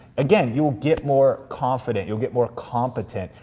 again, you'll get more confident, you'll get more competent.